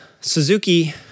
Suzuki